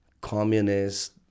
communist